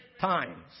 times